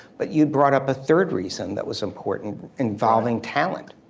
but you'd brought up a third reason that was important involving talent.